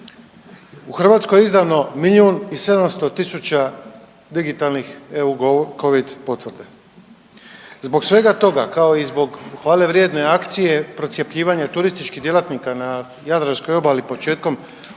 U Hrvatskoj je izdano milijun i 700 tisuća digitalnih eu covid potvrda. Zbog svega toga, kao i zbog hvale vrijedne akcije procjepljivanje turističkih djelatnika na Jadranskoj obali početkom